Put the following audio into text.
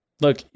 look